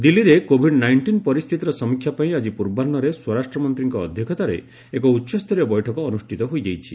ଦିଲ୍ଲୀରେ COVID nineteen ପରିସ୍ଥିତିର ସମୀକ୍ଷା ପାଇଁ ଆକି ପୂର୍ବାହ୍ନରେ ସ୍ୱରାଷ୍ଟ୍ରମନ୍ତ୍ରୀଙ୍କ ଅଧ୍ୟକ୍ଷତାରେ ଏକ ଉଚ୍ଚସ୍ତରୀୟ ବୈଠକ ଅନୁଷ୍ଠିତ ହୋଇଯାଇଛି